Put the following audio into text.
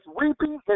weeping